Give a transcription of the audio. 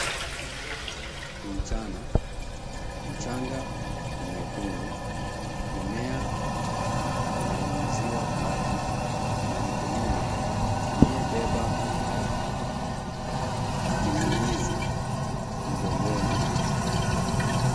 Ni mchana. Mchanga ni nyekundu. Mimea yananyunyiziwa maji na mkulima aliyebeba kinyunyizi mgongoni.